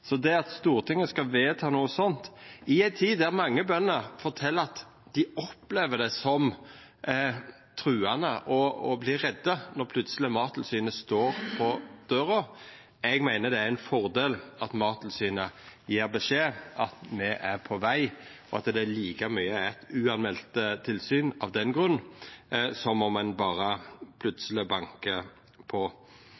Stortinget vedta noko sånt, i ei tid der mange bønder fortel at dei opplever det som truande og vert redde når Mattilsynet plutseleg står på døra. Eg meiner det er ein fordel at Mattilsynet gjev beskjed om at dei er på veg, og at det like mykje er eit umeld tilsyn av den grunn som om ein berre